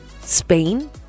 Spain